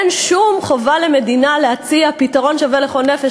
אין שום חובה למדינה להציע פתרון שווה לכל נפש,